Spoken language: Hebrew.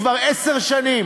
כבר עשר שנים,